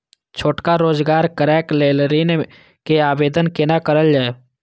छोटका रोजगार करैक लेल ऋण के आवेदन केना करल जाय?